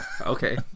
Okay